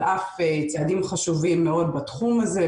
על אף צעדים חשובים מאוד בתחום הזה,